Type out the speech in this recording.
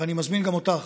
ואני מזמין גם אותך,